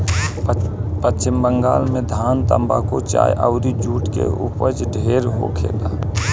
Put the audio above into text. पश्चिम बंगाल में धान, तम्बाकू, चाय अउर जुट के ऊपज ढेरे होखेला